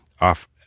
off